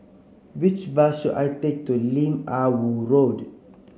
which bus should I take to Lim Ah Woo Road